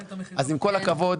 עם כל הכבוד,